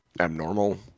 abnormal